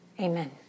Amen